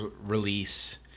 release